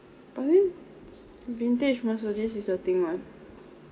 probably vintage Mercedes is a thing lah